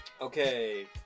okay